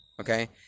okay